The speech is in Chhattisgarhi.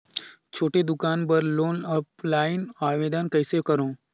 छोटे दुकान बर लोन ऑफलाइन आवेदन कइसे करो?